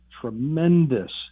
tremendous